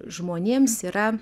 žmonėms yra